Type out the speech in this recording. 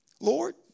Lord